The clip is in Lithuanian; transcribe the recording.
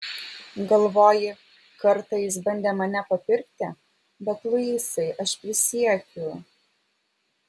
galvoji kartą jis bandė mane papirkti bet luisai aš prisiekiu